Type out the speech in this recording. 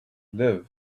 live